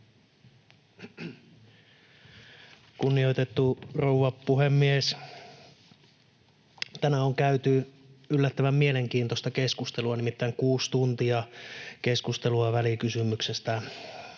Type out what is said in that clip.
Kunnioitettu rouva puhemies! Tänään on käyty yllättävän mielenkiintoista keskustelua, nimittäin kuusi tuntia keskustelua välikysymyksestä